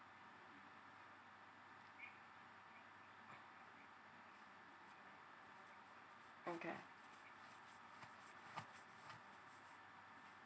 okay